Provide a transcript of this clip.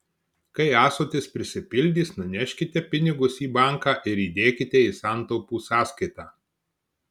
kai ąsotis prisipildys nuneškite pinigus į banką ir įdėkite į santaupų sąskaitą